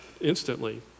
instantly